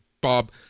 Bob